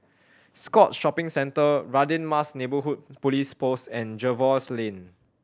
Scotts Shopping Centre Radin Mas Neighbourhood Police Post and Jervois Lane